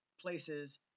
places